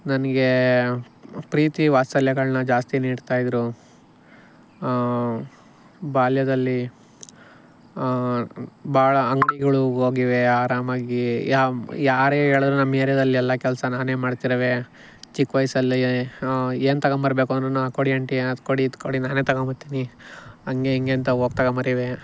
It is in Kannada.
ನನಗೆ ಪ್ರೀತಿ ವಾತ್ಸಲ್ಯಗಳನ್ನ ಜಾಸ್ತಿ ನೀಡ್ತಾಯಿದ್ದರು ಬಾಲ್ಯದಲ್ಲಿ ಬಹಳ ಅಂಗಡಿಗಳು ಹೋಗಿವೆ ಆರಾಮಾಗಿ ಯಾವ ಯಾರೇ ಹೇಳಿದರು ನಮ್ಮ ಏರಿಯಾದಲ್ಲಿ ಎಲ್ಲ ಕೆಲಸ ನಾನೇ ಮಾಡ್ತದ್ನವೇ ಚಿಕ್ಕ ವಯಸ್ನಲ್ಲಿ ಏನು ತೊಗೊಂಡ್ಬರ್ಬೇಕಂದ್ರೂ ಕೊಡಿ ಆಂಟಿ ಅದು ಕೊಡಿ ಇದು ಕೊಡಿ ನಾನೇ ತಗೊಂಡ್ಬರ್ತೀನಿ ಹಾಗೆ ಹೀಗೆ ಅಂತ ಹೋಗಿ ತಗೊ ಬರುವೆ